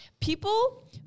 People